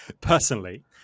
personally